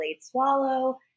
swallow